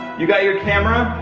you got your camera?